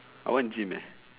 I want to gym leh